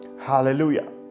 hallelujah